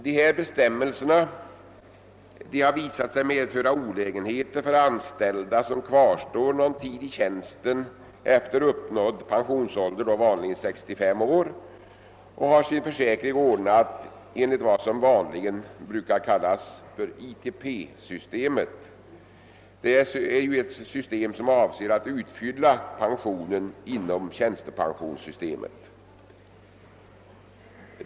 Dessa bestämmelser har visat sig medföra olägenheter för anställda som kvarstår någon tid i tjänsten efter uppnådd pensionålder, vanligen 65 år, och har sin försäkring ordnad enligt vad som vanligen kallas ITP-systemet, som är ett system som avser att utfylla pensionen inom tjänstepensionssystemet.